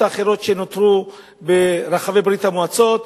האחרות שנותרו ברחבי ברית-המועצות,